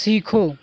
सीखो